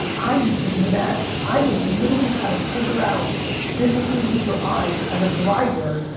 i used to do that. i would literally try to figure out physically with your eyes as a driver,